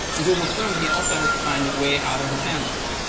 in google crhome he also has to find a way out of the sandbox.